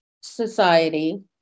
society